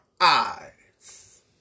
eyes